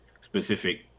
specific